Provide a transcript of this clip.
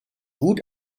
gut